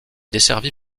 desservie